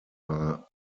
war